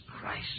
Christ